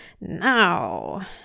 Now